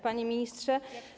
Panie Ministrze!